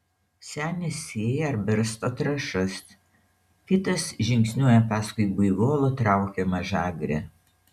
senis sėja ar barsto trąšas kitas žingsniuoja paskui buivolo traukiamą žagrę